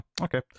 okay